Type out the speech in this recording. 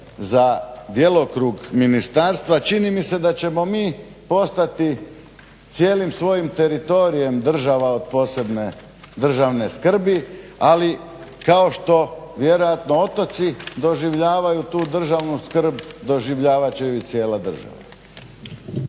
za djelokrug ministarstva čini mi se da ćemo mi postati cijelim svojim teritorijem država od posebne državne skrbi. Ali, kao što vjerojatno otoci doživljavaju tu državnu skrb, doživljavat će ju i cijela država.